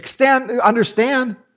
understand